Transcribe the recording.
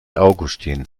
augustin